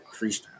freestyle